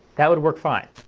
that would work fine,